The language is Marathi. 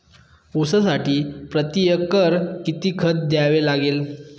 ऊसासाठी प्रतिएकर किती खत द्यावे लागेल?